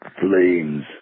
flames